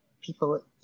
people